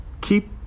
keep